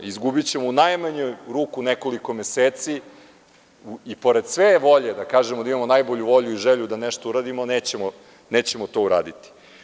Izgubićemo u najmanju ruku nekoliko meseci i pored sve volje da kažemo da imamo najbolju volju i želju da nešto uradimo, nećemo to uraditi.